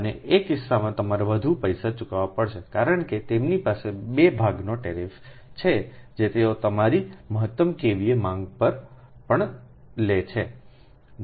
અને આ કિસ્સામાં તમારે વધુ પૈસા ચૂકવવા પડશે કારણ કે તેમની પાસે બે ભાગનો ટેરિફ છે જે તેઓ તમારી મહત્તમ KVA માંગ પર પણ લે છે